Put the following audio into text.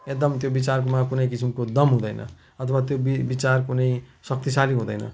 एकदम त्यो विचारमा कुनै किसिमको दम हुँदैन अथवा त्यो वि विचार कुनै शक्तिशाली हुँदैन